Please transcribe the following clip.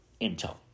Intel